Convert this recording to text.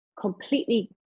completely